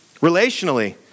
Relationally